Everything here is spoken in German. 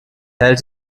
hält